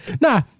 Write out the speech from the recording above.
Nah